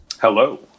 Hello